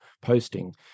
posting